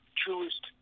truest